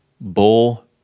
Bull